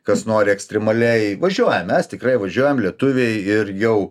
kas nori ekstremaliai važiuojam mes tikrai važiuojam lietuviai ir jau